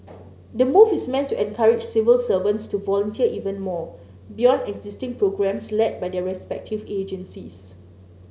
the move is meant to encourage civil servants to volunteer even more beyond existing programmes led by their respective agencies